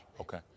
okay